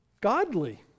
godly